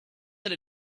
that